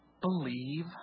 believe